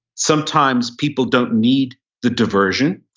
sometimes people don't need the diversion.